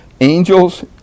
angels